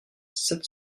sept